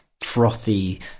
frothy